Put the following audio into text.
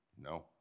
No